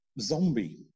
Zombie